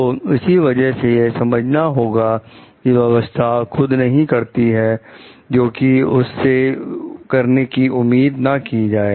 तो इसी वजह से यह समझना होगा कि व्यवस्था खुद नहीं करती है जोकि उससे करने की उम्मीद ना की जाए